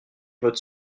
votre